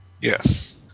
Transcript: Yes